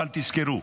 אבל תזכרו,